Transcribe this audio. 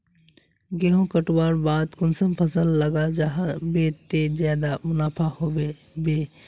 गेंहू कटवार बाद कुंसम फसल लगा जाहा बे ते ज्यादा मुनाफा होबे बे?